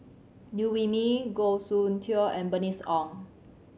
Liew Wee Mee Goh Soon Tioe and Bernice Ong